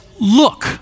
look